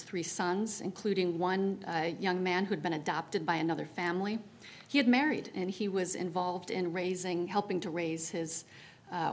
three sons including one young man who'd been adopted by another family he had married and he was involved in raising helping to raise his